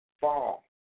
fall